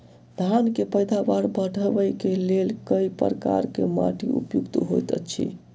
धान केँ पैदावार बढ़बई केँ लेल केँ प्रकार केँ माटि उपयुक्त होइत अछि?